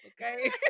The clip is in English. okay